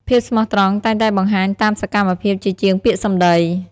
ភាពស្មោះត្រង់តែងតែបង្ហាញតាមសកម្មភាព ជាជាងពាក្យសម្ដី។